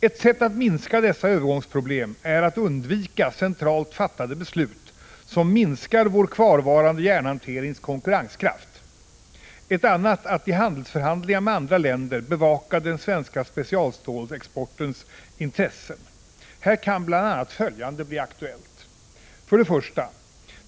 Ett sätt att minska dessa övergångsproblem är att undvika centralt fattade beslut som minskar vår kvarvarande järnhanterings konkurrenskraft, ett annat att i handelsförhandlingar med andra länder bevaka den svenska specialstålexportens intressen. Här kan bl.a. följande bli aktuellt: 1.